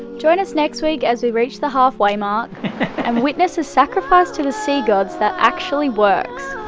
join us next week as we reach the halfway mark and witness a sacrifice to the sea gods that actually works